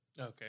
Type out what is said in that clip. Okay